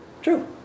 True